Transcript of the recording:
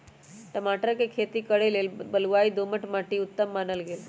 टमाटर कें खेती करे लेल बलुआइ दोमट माटि उत्तम मानल गेल